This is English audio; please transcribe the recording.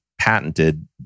patented